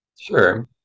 Sure